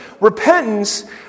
repentance